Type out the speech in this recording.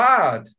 God